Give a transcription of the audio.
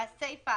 והסיפה,